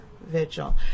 vigil